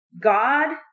God